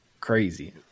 Crazy